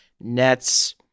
Nets